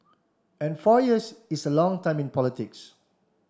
and four years is a long time in politics